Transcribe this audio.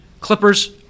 Clippers